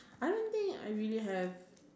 I don't think I really have